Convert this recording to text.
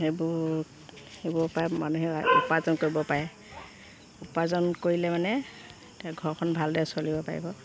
সেইবোৰ সেইবোৰ পা মানুহে উপাৰ্জন কৰিব পাৰে উপাৰ্জন কৰিলে মানে ঘৰখন ভালদৰে চলিব পাৰিব